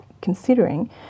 considering